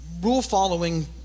rule-following